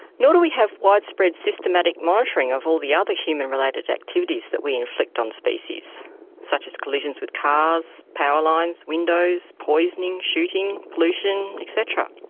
nor do we have widespread systematic monitoring of all the other human-related activities that we inflict on species such as collisions with cars, powerlines, windows, poisoning, shooting, pollution etc.